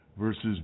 versus